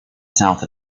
south